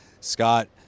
Scott